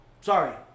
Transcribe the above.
sorry